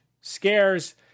scares